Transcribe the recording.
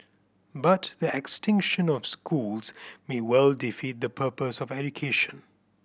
but the extinction of schools may well defeat the purpose of education